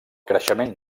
creixement